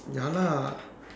ya lah